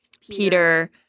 Peter